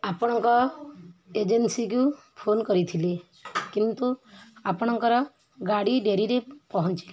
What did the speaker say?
ଆପଣଙ୍କ ଏଜେନ୍ସିକୁ ଫୋନ୍ କରିଥିଲି କିନ୍ତୁ ଆପଣଙ୍କର ଗାଡ଼ି ଡେରିରେ ପହଞ୍ଚିଲା